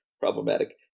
problematic